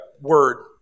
word